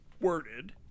worded